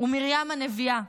ומרים הנביאה,